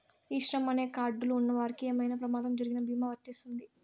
ఈ శ్రమ్ అనే కార్డ్ లు ఉన్నవాళ్ళకి ఏమైనా ప్రమాదం జరిగిన భీమా వర్తిస్తుంది